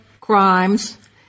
crimes